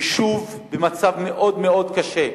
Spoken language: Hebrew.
יישוב במצב מאוד מאוד קשה,